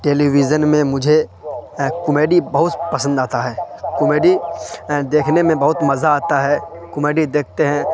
ٹیلی vision میں مجھے comedy بہت پسند آتا ہے کومیڈی دیکھنے میں بہت مزہ آتا ہے کومیڈی دیکھتے ہیں